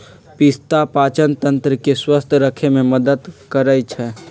पिस्ता पाचनतंत्र के स्वस्थ रखे में मदद करई छई